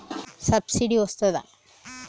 Subsidy వస్తదా?